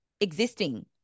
existing